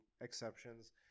exceptions